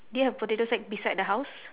do you have potato sack beside the house